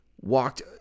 walked